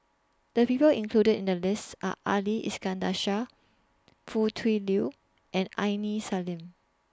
The People included in The list Are Ali Iskandar Shah Foo Tui Liew and Aini Salim